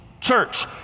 church